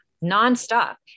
non-stop